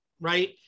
right